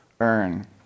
earn